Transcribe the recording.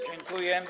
Dziękuję.